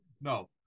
No